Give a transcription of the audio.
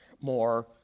more